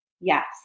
Yes